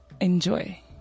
enjoy